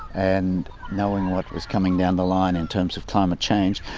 and knowing what was coming down the line in terms of climate change,